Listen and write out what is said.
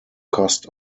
cost